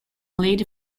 lady